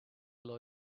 law